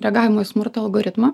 reagavimo į smurtą algoritmą